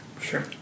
Sure